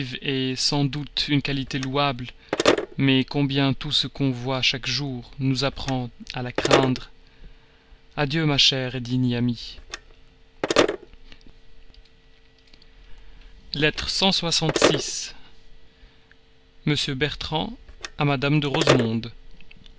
est sans doute une qualité louable mais combien tout ce qu'on voit chaque jour nous apprend à la craindre adieu ma chère digne amie lettre m bertrand à madame de rosemonde